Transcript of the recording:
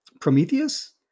Prometheus